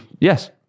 Yes